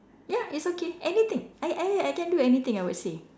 ya it's okay anything I I I can do anything I would say